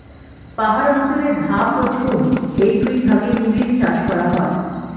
পাহাড় অঞ্চলে ধাপ ও ঝুম এই দুই ভাগে নিবিড় চাষ করা হয়